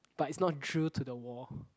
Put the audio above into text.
but it's not drilled to the wall